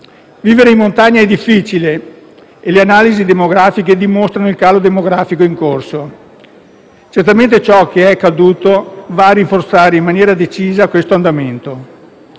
Vivere in montagna è difficile e le analisi statistiche dimostrano il calo demografico in corso. Certamente ciò che è accaduto va a rinforzare, in maniera decisa, questo andamento.